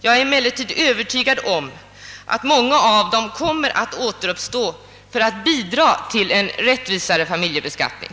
Jag är emellertid övetygad om att många av dem kommer att återuppstå och bidra till en rättvisare familjebeskattning.